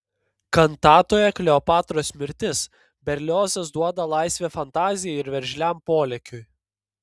kantatoje kleopatros mirtis berliozas duoda laisvę fantazijai ir veržliam polėkiui